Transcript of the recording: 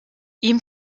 ihm